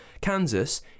Kansas